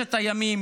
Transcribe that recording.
ששת הימים,